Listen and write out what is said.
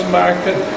market